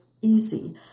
easy